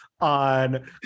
on